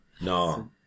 No